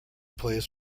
plays